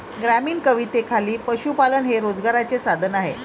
ग्रामीण कवितेखाली पशुपालन हे रोजगाराचे साधन आहे